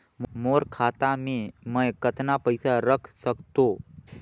मोर खाता मे मै कतना पइसा रख सख्तो?